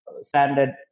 standard